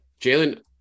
Jalen